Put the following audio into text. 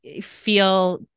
feel